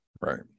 right